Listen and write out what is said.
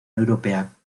europea